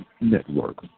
Network